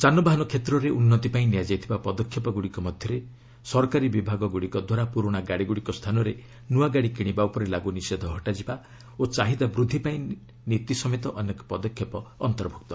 ଯାନବାହନ ଷେତ୍ରର ଉନ୍ନତି ପାଇଁ ନିଆଯାଇଥିବା ପଦକ୍ଷେପଗୁଡ଼ିକ ମଧ୍ୟରେ ସରକାରୀ ବିଭାଗଗୁଡ଼ିକ ଦ୍ୱାରା ପୁରୁଣା ଗାଡ଼ିଗୁଡ଼ିକ ସ୍ଥାନରେ ନୂଆ ଗାଡ଼ି କିଣିବା ଉପରେ ଲାଗୁ ନିଷେଧ ହଟାଯିବା ଓ ଚାହିଦା ବୃଦ୍ଧି ପାଇଁ ନୀତି ସମେତ ଅନେକ ପଦକ୍ଷେପ ଅନ୍ତର୍ଭୁକ୍ତ